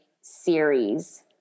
series